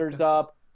up